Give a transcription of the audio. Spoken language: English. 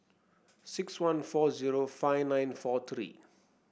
six one four zero five nine four three